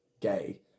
gay